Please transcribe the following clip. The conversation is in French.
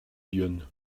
lyonne